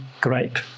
great